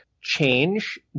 change